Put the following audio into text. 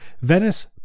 Venice